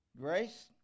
grace